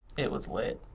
it was lit.